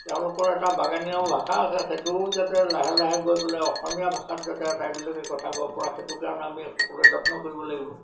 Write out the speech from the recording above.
তেওঁলোকৰ এটা বাগানীয়া ভাষা আছে সেইটোও যাতে লাহে লাহে গৈ পেলাই অসমীয়া ভাষাত যাতে আতাইবিলাকে কথা ক'ব পাৰে সেইটো কাৰণে আমি সকলোৱে যত্ন কৰিব লাগিব